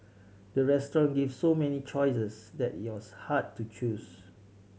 the restaurant gave so many choices that it was hard to choose